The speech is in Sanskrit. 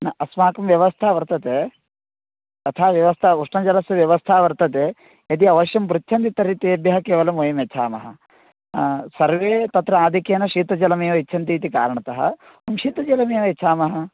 न अस्माकं व्यवस्था वर्तते तथा व्यवस्था उष्णजलस्य व्यवस्था वर्तते यदि अवश्यं पृच्छन्ति तर्हि तेभ्यः केवलं वयं यच्छामः सर्वे तत्र आदिक्येन शीतजलमेव इच्छन्ति इति कारणतः शीतजलमेव यच्छामः